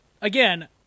again